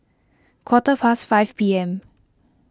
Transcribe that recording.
quarter past five P M